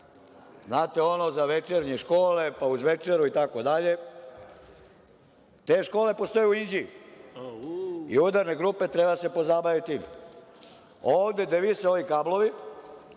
Znate, ono za večernje škole, pa uz večeru itd. Te škole postoje u Inđiji i udarne grupe treba da se pozabave time. Ovde gde vise ovi kablovi,